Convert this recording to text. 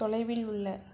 தொலைவில் உள்ள